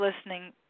listening